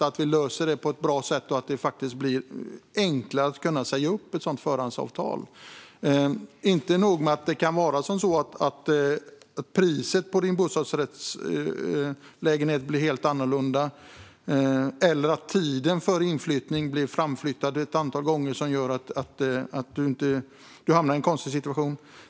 Vi behöver lösa problemet på ett bra sätt så att det blir enklare att säga upp ett förhandsavtal. Inte nog med att priset på bostadsrättslägenheten blir helt annorlunda utan tiden för inflyttning kan också bli framflyttad ett antal gånger, vilket gör att man hamnar i en konstig situation.